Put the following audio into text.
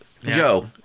joe